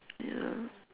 ya